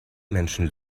menschen